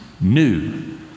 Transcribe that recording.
new